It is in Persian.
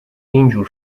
اینجور